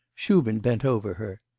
shubin bent over her.